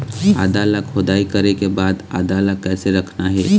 आदा ला खोदाई करे के बाद आदा ला कैसे रखना हे?